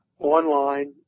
Online